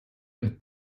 and